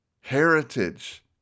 heritage